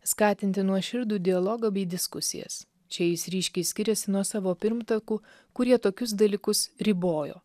skatinti nuoširdų dialogą bei diskusijas čia jis ryškiai skiriasi nuo savo pirmtakų kurie tokius dalykus ribojo